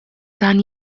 dan